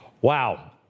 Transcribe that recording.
Wow